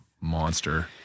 monster